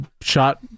shot